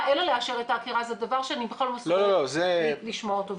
אלא לאשר את העקירה זה דבר שאני לא מסוגלת לשמוע אותו.